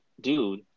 dude